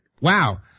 wow